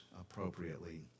appropriately